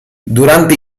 durante